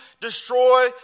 destroy